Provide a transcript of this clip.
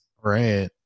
right